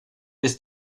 das